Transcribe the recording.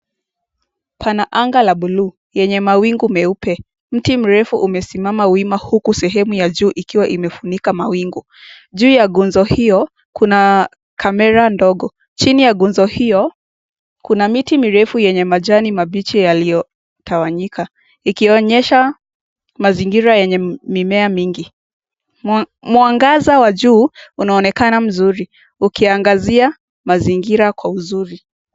Pana anga la buluu yenye meupe. Mti mrefu umesimama wima huku sehemu ya juu ikiwa imefunika mawingu. Juu ya nguzo hiyo, kuna kamera ndogo, chini ya nguzo hiyo, kuna miti mirefu yenye majani mabichi yaliyotawanyika ikionyesha mazingira yenye mimea nyingi. Mwangaza wa juu unaonekana mzuri ukiangazia mazingira kwa uzuri.